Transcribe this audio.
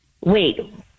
Wait